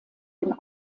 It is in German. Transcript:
dem